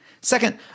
Second